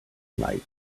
night